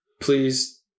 Please